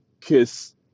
kiss